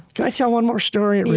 can i tell one more story like